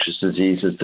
diseases